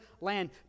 land